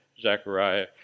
Zechariah